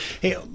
Hey